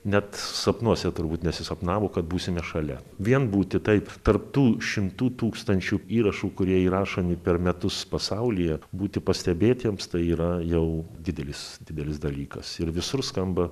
net sapnuose turbūt nesisapnavo kad būsime šalia vien būti taip tarp tų šimtų tūkstančių įrašų kurie įrašomi per metus pasaulyje būti pastebėtiems tai yra jau didelis didelis dalykas ir visur skamba